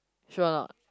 sure or not